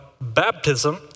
baptism